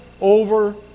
over